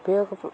ఉపయోగ